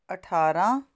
ਅਠਾਰਾਂ